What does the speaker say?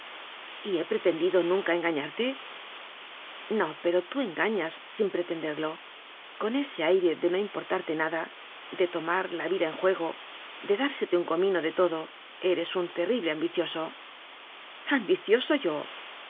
conozco y he pretendido nunca engañarte no pero tú engañas sin pretenderlo con ese aire de no importarte nada de tomar la vida en juego de dársete un comino de todo eres un terrible ambicioso ambicioso yo